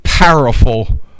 powerful